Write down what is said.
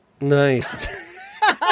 Nice